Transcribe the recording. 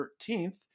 13th